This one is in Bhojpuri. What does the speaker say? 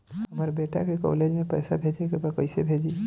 हमर बेटा के कॉलेज में पैसा भेजे के बा कइसे भेजी?